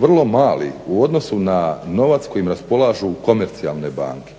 vrlo mali u odnosu na novac kojim raspolažu komercijalne banke.